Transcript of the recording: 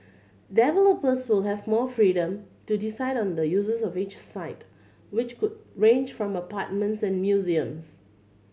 developers will have more freedom to decide on the uses of each site which could range from apartments and museums